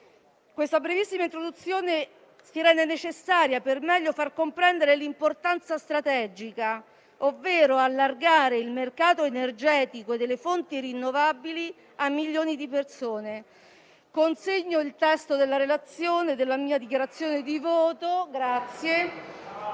Questa brevissima introduzione si rende necessaria per meglio far comprendere l'importanza strategica: ovvero allargare il mercato energetico e delle fonti rinnovabili a milioni di persone. L'opera di cui parliamo prevede la realizzazione messa in